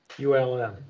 ULM